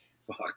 Fuck